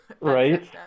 Right